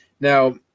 Now